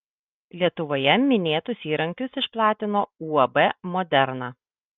lietuvoje minėtus įrankius išplatino uab moderna